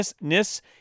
Nis